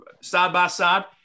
side-by-side